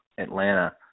Atlanta